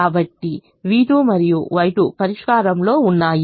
కాబట్టి v2 మరియు Y2 పరిష్కారంలో ఉన్నాయి